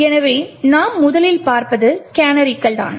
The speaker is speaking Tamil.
எனவே நாம் முதலில் பார்ப்பது கேனரிகள் தான்